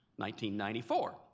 1994